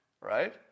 right